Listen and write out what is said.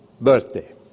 birthday